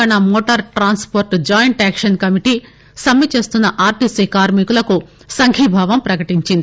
Telangana motor transport joint action committee సమ్మె చేస్తున్న RTC కార్మి కులకు సంఘీభావం ప్రకటించింది